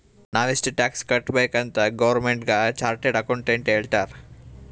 ನಾವ್ ಎಷ್ಟ ಟ್ಯಾಕ್ಸ್ ಕಟ್ಬೇಕ್ ಅಂತ್ ಗೌರ್ಮೆಂಟ್ಗ ಚಾರ್ಟೆಡ್ ಅಕೌಂಟೆಂಟ್ ಹೇಳ್ತಾರ್